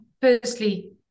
firstly